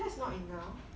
that's not enough